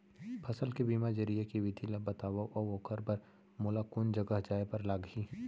फसल के बीमा जरिए के विधि ला बतावव अऊ ओखर बर मोला कोन जगह जाए बर लागही?